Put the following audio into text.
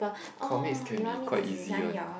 comics can be quite easy one